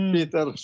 Peter